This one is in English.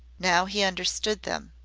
now he understood them.